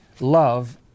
Love